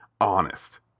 Honest